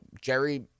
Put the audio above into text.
Jerry